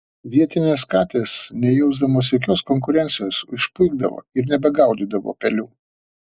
vietinės katės nejausdamos jokios konkurencijos išpuikdavo ir nebegaudydavo pelių